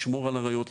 לשמור על הראיות,